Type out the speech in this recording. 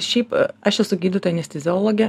šiaip aš esu gydytoja anesteziologė